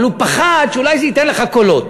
אבל הוא פחד שאולי זה ייתן לך קולות,